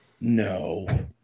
no